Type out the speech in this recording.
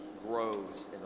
Grows